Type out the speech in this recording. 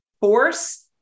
force